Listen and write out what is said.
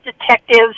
detectives